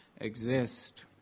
exist